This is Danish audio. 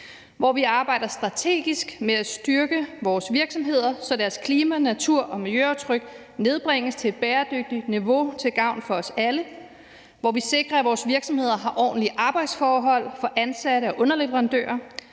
hvor vi arbejder strategisk med at styrke vores virksomheder, så deres klima-, natur- og miljøaftryk nedbringes til et bæredygtigt niveau til gavn for os alle; hvor vi sikrer, at vores virksomheder har ordentlige arbejdsforhold for ansatte og underleverandører;